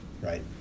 right